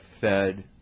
fed